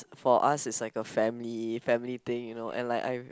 for us it's like a family family thing you know and like I